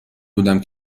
بودم